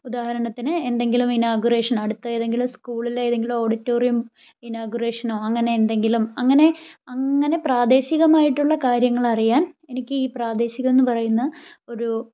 ഉദാഹരണത്തിന് എന്തെങ്കിലും ഇനാഗുറേഷനോ അടുത്ത ഏതെങ്കിലും സ്കൂളിൽ ഏതെങ്കിലും ഓഡിറ്റോറിയം ഇനാഗുറേഷനോ അങ്ങനെ എന്തെങ്കിലും അങ്ങനെ അങ്ങനെ പ്രദേശികമായിട്ടുള്ള കാര്യങ്ങളറിയാൻ എനിക്ക് ഈ പ്രാദേശികം എന്ന് പറയുന്ന ഒരൂ